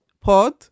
pod